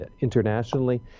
internationally